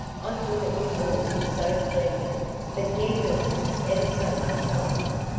i thought it would all be so splendid but new york's ever so much nicer!